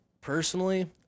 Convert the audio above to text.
personally